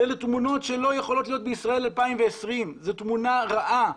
אלה תמונות שלא יכולות להיות בישראל 2020. זו תמונה רעה.